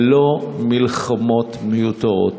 ללא מלחמות מיותרות.